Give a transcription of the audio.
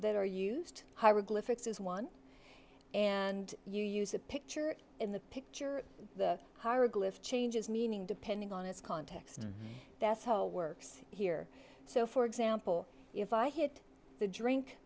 that are used hieroglyphics is one and you use a picture in the picture the hieroglyph changes meaning depending on its context that's how it works here so for example if i hit the drink